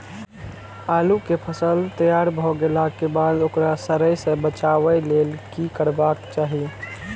आलू केय फसल तैयार भ गेला के बाद ओकरा सड़य सं बचावय लेल की करबाक चाहि?